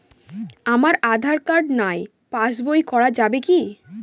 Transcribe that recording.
আমার আঁধার কার্ড নাই passbook করা যাবে কি?